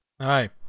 Hi